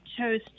chose